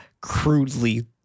crudely